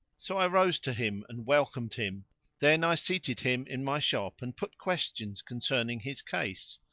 so i rose to him and welcomed him then i seated him in my shop and put questions concerning his case.